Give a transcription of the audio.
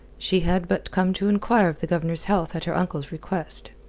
she had but come to enquire of the governor's health at her uncle's request.